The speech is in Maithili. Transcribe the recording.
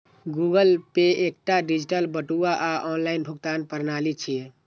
गूगल पे एकटा डिजिटल बटुआ आ ऑनलाइन भुगतान प्रणाली छियै